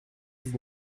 dix